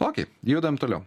okei judam toliau